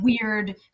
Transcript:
weird